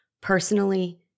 Personally